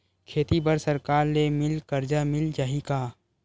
खेती बर सरकार ले मिल कर्जा मिल जाहि का?